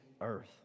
earth